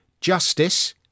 Justice